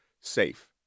safe